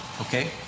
Okay